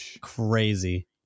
crazy